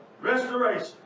Restoration